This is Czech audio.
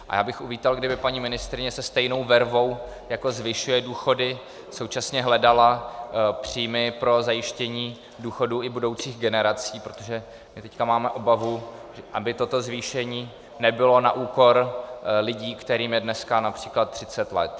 A já bych uvítal, kdyby paní ministryně se stejnou vervou, s jakou zvyšuje důchody, současně hledala příjmy pro zajištění důchodů i budoucích generací, protože my teď máme obavu, aby toto zvýšení nebylo na úkor lidí, kterým je dneska například 30 let.